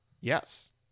yes